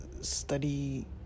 study